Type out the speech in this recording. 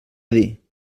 dir